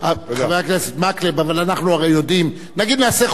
נניח נעשה חוק-יסוד שבו ייאמר כך וכך ובאותה